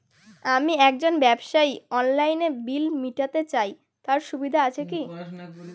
আমি একজন ব্যবসায়ী অনলাইনে বিল মিটাতে চাই তার সুবিধা আছে কি?